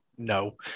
No